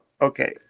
Okay